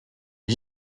les